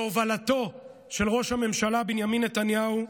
בהובלתו של ראש הממשלה בנימין נתניהו,